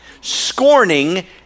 Scorning